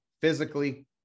physically